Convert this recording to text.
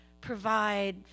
provide